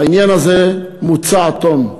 העניין הזה מוצה עד תום.